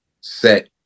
set